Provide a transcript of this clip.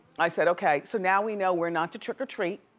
i said okay, so now we know where not to trick or treat,